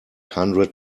hundred